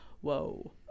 whoa